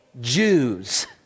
Jews